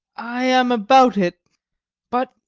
i am about it but,